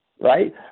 right